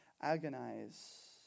agonize